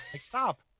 Stop